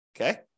Okay